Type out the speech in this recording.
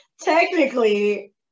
technically